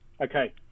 Okay